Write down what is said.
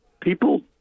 People